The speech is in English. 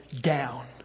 down